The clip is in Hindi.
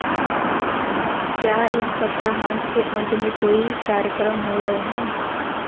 क्या इस सप्ताहांत के अंत में कोई कार्यक्रम हो रहे हैं